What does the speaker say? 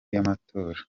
y’amatora